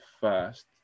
first